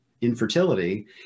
infertility